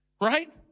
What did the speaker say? right